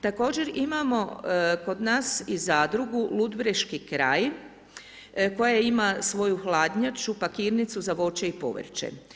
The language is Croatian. Također imamo kod nas i zadrugu Ludbreški kraj koja ima svoju hladnjaču, pakirnicu za voće i povrće.